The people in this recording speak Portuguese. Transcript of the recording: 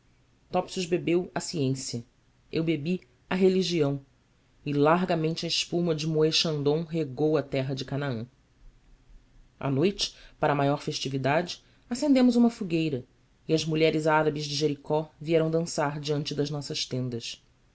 topsius bebeu à ciência eu bebi à religião e largamente a espuma de moed et chandon regou a terra de canaã à noite para maior festividade acendemos uma fogueira e as mulheres árabes de jericó vieram dançar diante das nossas tendas